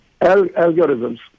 algorithms